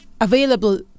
available